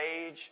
age